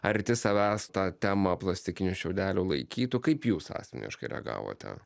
arti savęs tą temą plastikinių šiaudelių laikytų kaip jūs asmeniškai reagavote